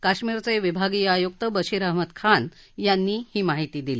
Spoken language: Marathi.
कश्मिरचे विभागीय आयुक्त बशीर अहमद खान यांनी ही माहिती दिली